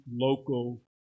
local